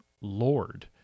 Lord